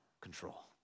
control